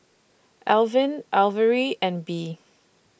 Alvin Averi and Bea